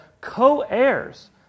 Co-heirs